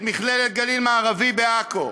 את מכללת גליל מערבי בעכו,